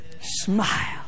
smile